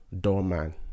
doorman